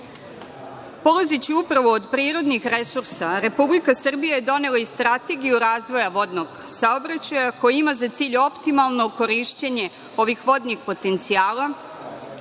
upravo od prirodnih resursa Republika Srbija je donela i Strategiju razvoja vodnog saobraćaja koji ima za cilj optimalno korišćenje ovih vodnih potencijala